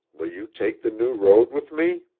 will you take the new road with me?